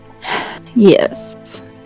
yes